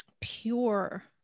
pure